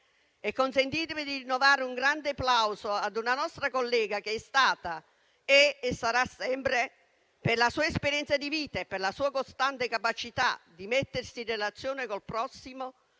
Consentitemi di rinnovare un grande plauso a una nostra collega, che è stata, è e sarà sempre, per la sua esperienza di vita e per la sua costante capacità di mettersi in relazione col prossimo,